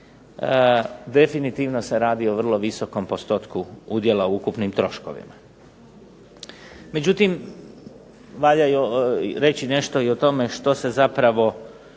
definitivno se radi o vrlo visokom postotku udjela u ukupnim troškovima. Međutim valja reći nešto i o tome što se zapravo